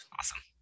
Awesome